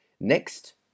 Next